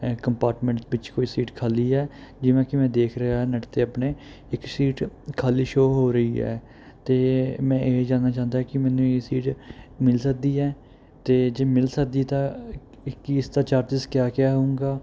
ਅ compartment ਪਿੱਛੇ ਕੋਈ seat ਖਾਲੀ ਹੈ ਜਿਵੇਂ ਕਿ ਮੈਂ ਦੇਖ ਰਿਹਾ ਹਾਂ ਨੈੱਟ 'ਤੇ ਆਪਣੇ ਇੱਕ ਸੀਟ ਖਾਲੀ ਸ਼ੋਅ ਹੋ ਰਹੀ ਹੈ ਅਤੇ ਮੈਂ ਇਹ ਜਾਣਨਾ ਚਾਹੁੰਦਾ ਹਾਂ ਕਿ ਮੈਨੂੰ ਇਹ ਸੀਟ ਮਿਲ ਸਕਦੀ ਹੈ ਅਤੇ ਜੇ ਮਿਲ ਸਕਦੀ ਹੈ ਤਾਂ ਕੀ ਇਸਦਾ ਚਾਰਜਸ ਕਿਆ ਕਿਆ ਹੋਵੇਗਾ